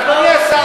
אדוני השר.